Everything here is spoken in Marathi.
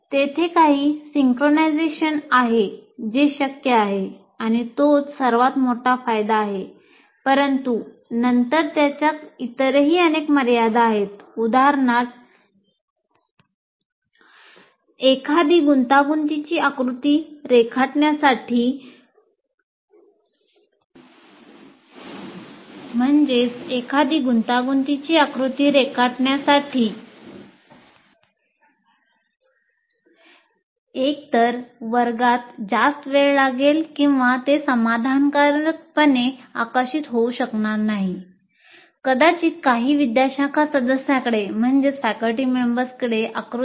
तेथे काही सिंक्रोनाइझेशन एकतर वर्गात जास्त वेळ लागेल किंवा ते समाधानकारकपणे आकर्षित होऊ शकणार नाहीत